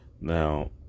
Now